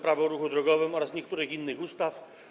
Prawo o ruchu drogowym oraz niektórych innych ustaw.